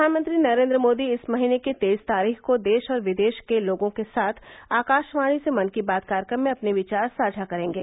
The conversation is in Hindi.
प्रधानमंत्री नरेन्द्र मोदी इस महीने की तेईस तारीख को देश और विदेश के लोगों के साथ आकाशवाणी से मन की बात कार्यक्रम में अपने विचार साझा करेंगे